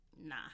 nah